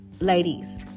ladies